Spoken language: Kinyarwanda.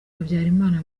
habyarimana